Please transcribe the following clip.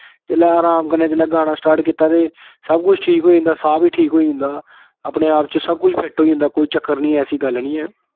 जिह्लै अराम कन्नै गाना स्टार्ट कित्ता ते सब कुछ ठीक होई जंदा साह् बी ठीक होई जंदा अपने आप च सब कुछ फिट होई जंदा कोई चक्कर निं ऐ ऐसी कोई गल्ल निं ऐ